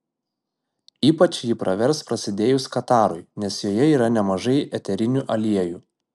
ypač ji pravers prasidėjus katarui nes joje yra nemažai eterinių aliejų